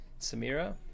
Samira